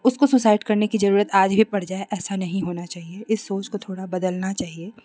उसको सुसाइड करने की ज़रूरत आज भी पड़ जाए ऐसा नहीं होना चाहिए इस सोच को थोड़ा बदलना चाहिए